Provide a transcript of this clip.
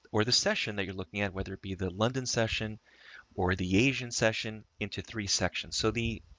or the session that you're looking at, whether it be the london session or the asian session into three sections. so the,